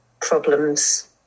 problems